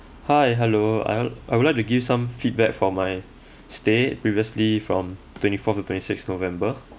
hi hello I'll I would like to give some feedback for my stay previously from twenty fourth to twenty sixth november